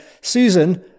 Susan